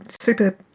super